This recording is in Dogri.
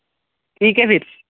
ठीक ऐ फिर